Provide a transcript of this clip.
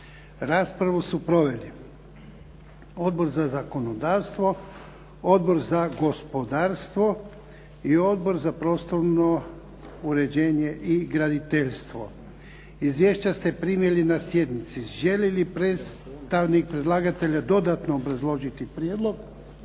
Raspravu su proveli Odbor za zakonodavstvo, Odbor za gospodarstvo i Odbor za prostorno uređenje i graditeljstvo. Izvješća ste primili na sjednici. Želi li predstavnik predlagatelja dodatno obrazložiti prijedlog?